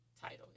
title